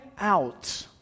out